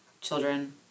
children